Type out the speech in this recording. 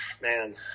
man